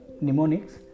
mnemonics